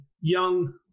young